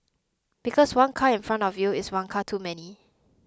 because one car in front of you is one car too many